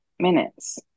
minutes